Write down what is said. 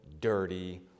dirty